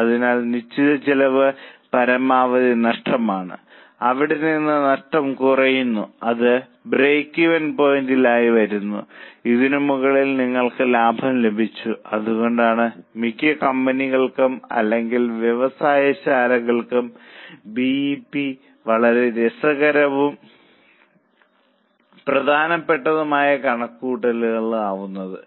അതിനാൽ നിശ്ചിത ചെലവ് പരമാവധി നഷ്ടമാണ് അവിടെ നിന്ന് നഷ്ടം കുറയുന്നു അത് ബ്രേക്ക്ഈവൻ പോയിന്റിൽ 0 ആയി വരുന്നു ഇതിന് മുകളിൽ നിങ്ങൾക്ക് ലാഭം ലഭിച്ചു അതുകൊണ്ടാണ് മിക്ക കമ്പനികൾക്കും അല്ലെങ്കിൽ വ്യവസായശാലകൾക്കും ബി ഇ പി വളരെ രസകരവും പ്രധാനപ്പെട്ടതുമായ കണക്കുകൂട്ടൽ ആവുന്നത്